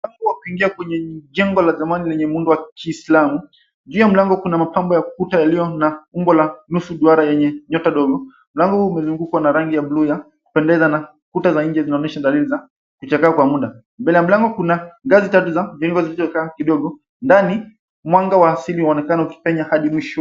Watu wameingia kwenye jengo la zamani lenye muundo wa zamani wa kiislamu. Juu ya mlango kuna mapambo ya kuta yalio na umbo ya nusu duara yenye nyota dogo. Mlango huu umezungukwa na rangi ya bluu ya kupenda na kuta za nje zinaonyesha dalili za kuchakaa kwa muda. Mbele ya mlango kuna ngazi tatu za mviringo ziliozokaa kidogo, ndani mwanga wa asili unaonekana ukipenya adi mwisho.